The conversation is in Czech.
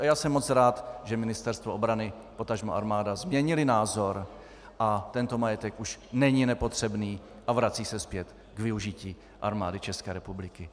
A já jsem moc rád, že Ministerstvo obrany potažmo armáda změnily názor a tento majetek už není nepotřebný a vrací se zpět k využití Armády České republiky.